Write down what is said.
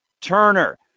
Turner